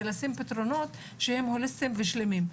ולשים פתרונות שהם הוליסטיים ושלמים.